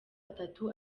atatu